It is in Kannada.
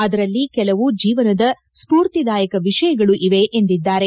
ಅದರಲ್ಲಿ ಕೆಲವು ಜೀವನದ ಸ್ಫೂರ್ತಿದಾಯಕ ವಿಷಯಗಳೂ ಇವೆ ಎಂದಿದ್ದಾರೆ